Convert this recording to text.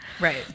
Right